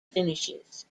finishes